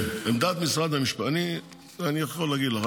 כן, אני יכול להגיד לך.